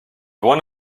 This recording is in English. one